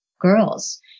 girls